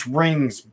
rings